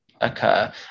occur